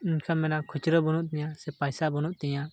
ᱮᱱᱠᱷᱟᱱ ᱢᱮᱱᱟᱢ ᱠᱷᱩᱪᱨᱟᱹ ᱵᱟᱹᱱᱩᱜ ᱛᱤᱧᱟᱹ ᱥᱮ ᱯᱚᱭᱥᱟ ᱵᱟᱹᱱᱩᱜ ᱛᱤᱧᱟᱹ